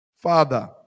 father